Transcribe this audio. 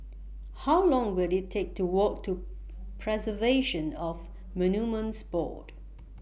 How Long Will IT Take to Walk to Preservation of Monuments Board